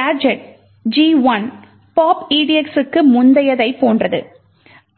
gadget G1 pop edx க்கு முந்தையதைப் போன்றது